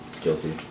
guilty